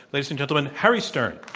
ladies and gentlemen, harry stern.